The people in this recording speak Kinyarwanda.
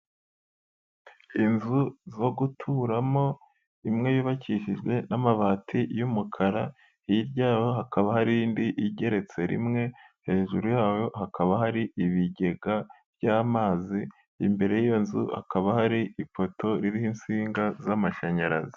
Inzu zo guturamo imwe yubakishijwe n'amabati y'umukara, hirya yaho hakaba hari indi igeretse rimwe, hejuru yayo hakaba hari ibigega by'amazi, imbere y'iyo nzu hakaba hari ipoto iriho insinga z'amashanyarazi.